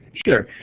sure.